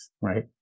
right